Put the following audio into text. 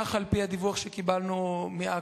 כך על-פי הדיווח שקיבלנו מאכ"א.